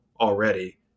already